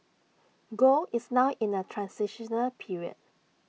gold is now in A transitional period